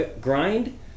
Grind